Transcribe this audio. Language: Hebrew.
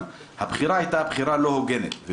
אבל הבחירה הייתה בחירה לא הוגנת.